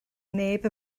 neb